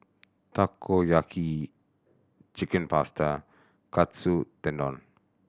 Takoyaki Chicken Pasta Katsu Tendon